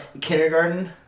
kindergarten